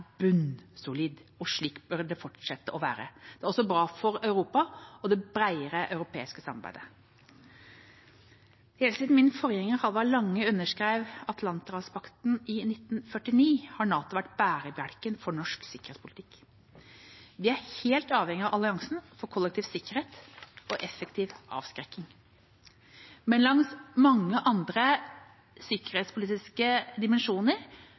Slik bør det fortsette. Det er også bra for Europa og det bredere europeiske samarbeidet. Helt siden min forgjenger Halvard Lange underskrev Atlanterhavspakten i 1949, har NATO vært bærebjelken for norsk sikkerhetspolitikk. Vi er helt avhengig av alliansen for kollektiv sikkerhet og effektiv avskrekking. Men langs mange andre sikkerhetspolitiske dimensjoner